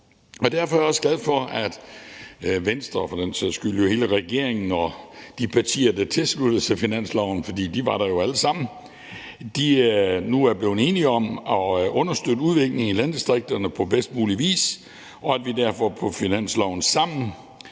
Derfor er jeg også glad for, at Venstre og for den sags skyld jo hele regeringen og de partier, der tilsluttede sig finansloven – for de var der jo alle sammen – nu er blevet enige om at understøtte udviklingen i landdistrikterne på bedst mulig vis, og at vi derfor sammen på finansloven for